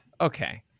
Okay